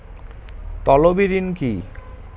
তলবি ঋন কি?